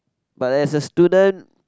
but as a student